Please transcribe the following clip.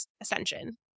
Ascension